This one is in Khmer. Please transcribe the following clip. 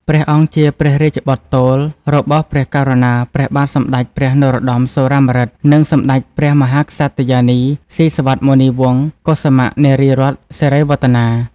ព្រះអង្គជាព្រះរាជបុត្រទោលរបស់ព្រះករុណា ព្រះបាទសម្ដេចព្រះនរោត្តម សុរាម្រិត និងសម្ដេចព្រះមហាក្សត្រិយានី ស៊ីសុវត្ថិមុនីវង្ស កុសុមៈនារីរតន៍ សិរីវឌ្ឍនា។